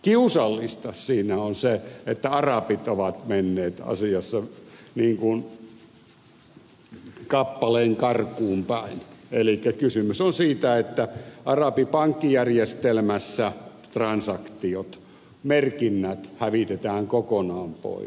kiusallista siinä on se että arabit ovat menneet asiassa kappaleen karkuun elikkä kysymys on siitä että arabipankkijärjestelmässä transaktiot merkinnät hävitetään kokonaan pois